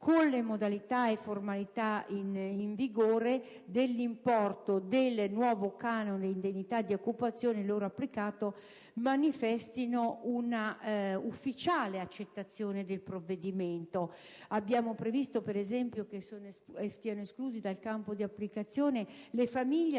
con le modalità e formalità in vigore, dell'importo del nuovo canone di indennità di occupazione loro applicato manifestino una ufficiale accettazione del provvedimento. Abbiamo previsto per esempio che siano escluse dal campo di applicazione le famiglie